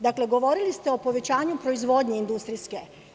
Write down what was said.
Dakle, govorili ste o povećanju proizvodnje industrijske.